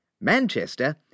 Manchester